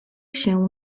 się